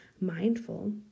mindful